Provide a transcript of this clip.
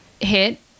hit